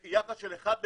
ביחס של 1 ל-11,